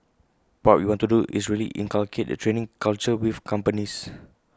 what we want to do is really inculcate the training culture with companies